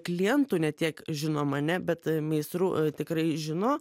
klientų ne tiek žino mane bet meistrų tikrai žino